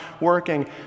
working